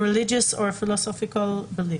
religious or philosophical beliefs".